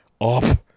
up